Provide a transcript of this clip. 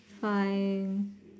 fine